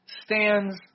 stands